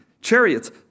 chariots